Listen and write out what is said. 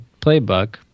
playbook